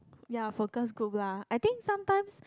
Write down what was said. ya focus group lah I think sometimes